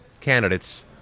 candidates